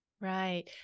Right